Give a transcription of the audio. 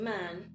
man